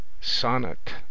sonnet